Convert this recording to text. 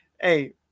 hey